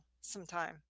sometime